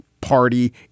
Party